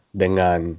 dengan